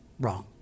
wrong